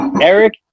Eric